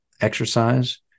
exercise